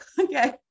okay